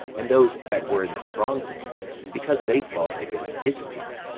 and those that were in the strong holds because they fought against israel.